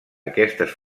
aquestes